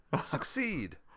Succeed